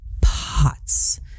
Pots